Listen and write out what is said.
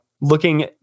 Looking